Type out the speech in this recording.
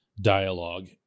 dialogue